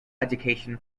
education